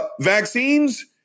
vaccines